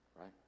right